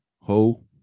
Ho